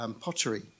pottery